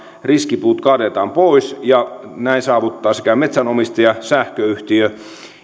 riskipuut kaadetaan pois ja näin sekä metsänomistaja sähköyhtiö